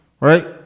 Right